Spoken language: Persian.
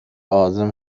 عازم